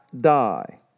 die